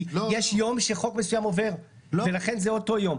כי יש יום שחוק מסוים עובר ולכן זה אותו יום.